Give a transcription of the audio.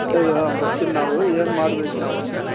ಬರ್ತೀವ್ ನಾವು ಏನು ಮಾಡ್ಬೇಕು ನಾವು ಬಂದು